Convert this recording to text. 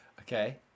Okay